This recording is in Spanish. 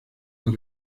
las